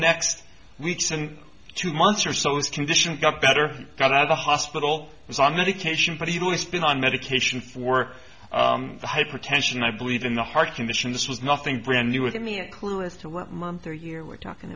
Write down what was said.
next week some two months or so his condition got better got out of the hospital was on medication but he's always been on medication for the hypertension i believe in the heart condition this was nothing brand new with me a clue as to what month or year we're talking